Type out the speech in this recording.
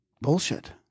bullshit